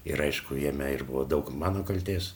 ir aišku jame ir buvo daug mano kaltės